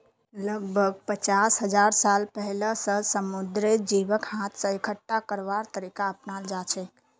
लगभग पचास हजार साल पहिलअ स समुंदरेर जीवक हाथ स इकट्ठा करवार तरीका अपनाल जाछेक